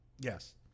Yes